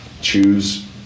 choose